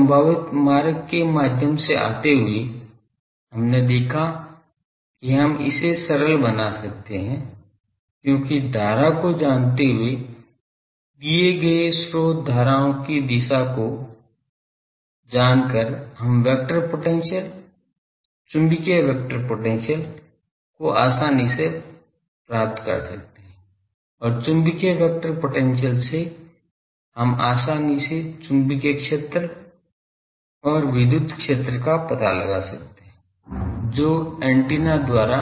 इस संभावित मार्ग के माध्यम से आते हुए हमने देखा कि हम इसे सरल बना सकते हैं क्योंकि धारा को जानते हुए दिए गए स्रोत धाराओं की दिशा को जानकर हम वेक्टर पोटेंशियल चुंबकीय वेक्टर पोटेंशियल को आसानी से ज्ञात कर सकते हैं और चुंबकीय वेक्टर पोटेंशियल से हम आसानी से चुंबकीय क्षेत्र और विद्युत क्षेत्र का पता लगा सकते हैं जो कि एंटीना द्वारा